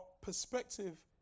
perspective